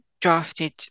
drafted